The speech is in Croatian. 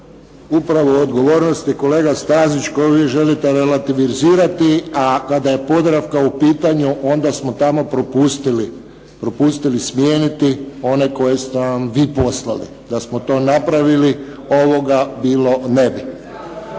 Upravo odgovornosti kolega Stazić koju vi želite relativizirati, a kada je Podravka u pitanju onda smo tamo propustili smijeniti one koje ste nam vi poslali. Da smo to napravili, ovoga bilo ne bi.